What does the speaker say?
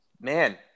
man